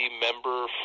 member